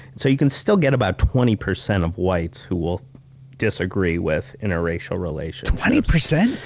so you can still get about twenty percent of whites who will disagree with interracial relationships. twenty percent?